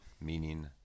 meaning